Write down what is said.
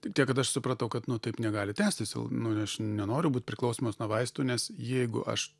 tik tiek kad aš supratau kad nu taip negali tęstis nu aš nenoriu būt priklausomas nuo vaistų nes jeigu aš